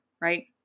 Right